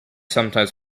sometimes